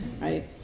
right